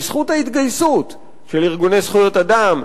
בזכות ההתגייסות של ארגוני אדם,